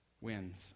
wins